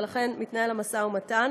ולכן מתנהל המשא ומתן